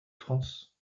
france